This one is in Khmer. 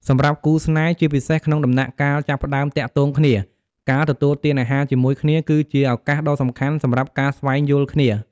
សម្រាប់គូស្នេហ៍ ជាពិសេសក្នុងដំណាក់កាលចាប់ផ្តើមទាក់ទងគ្នា ការទទួលទានអាហារជាមួយគ្នា គឺជា ឱកាសដ៏សំខាន់សម្រាប់ការស្វែងយល់គ្នា។